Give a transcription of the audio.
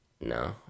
No